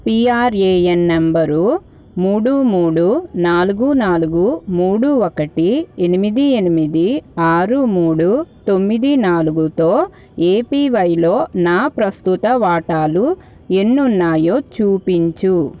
PRAN number మూడు మూడు నాలుగు నాలుగు మూడు ఒకటి ఎనిమిది ఎనిమిది ఆరు మూడు తొమ్మిది నాలుగుతో ఏపివైలో నా ప్రస్తుత వాటాలు ఎన్ని ఉన్నాయో చూపించు